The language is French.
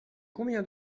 combien